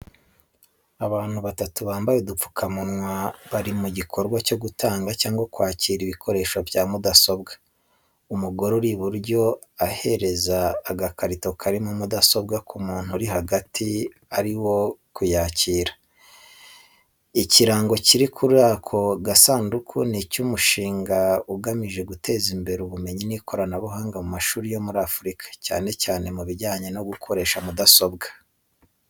Abantu batatu bambaye udupfukamunwa bari mu gikorwa cyo gutanga cyangwa kwakira ibikoresho bya mudasobwa. Umugore uri iburyo ahereza agakarito karimo mudasobwa ku muntu uri hagati arimo kuyakira. Ikirango kiri kuri ako gasanduku ni icy'umushinga ugamije guteza imbere ubumenyi n'ikoranabuhanga mu mashuri yo muri Afurika, cyane cyane mu bijyanye no gukoresha mudasobwa.